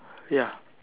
ya